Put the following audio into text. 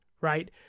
right